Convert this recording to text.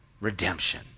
redemption